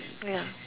ya